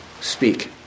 speak